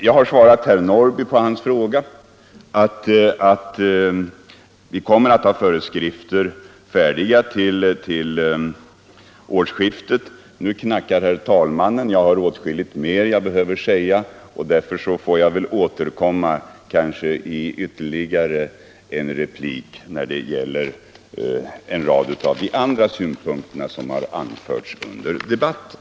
Jag har svarat herr Norrby i Åkersberga och sagt att vi kommer att ha föreskrifter färdiga till årsskiftet. Nu knackar herr talmannen i bordet, men jag har åtskilligt mer som jag behöver säga. Därför får jag kanske återkomma i någon ytterligare replik till en rad av de andra synpunkter som har anförts under debatten.